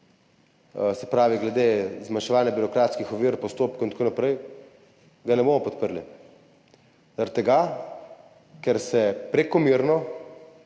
se pravi glede zmanjševanja birokratskih ovir postopkov in tako naprej, ne bomo podprli. Zaradi tega ker se prekomerno